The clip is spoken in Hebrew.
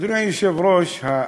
אדוני היושב-ראש,